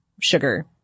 sugar